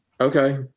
Okay